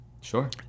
Sure